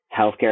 healthcare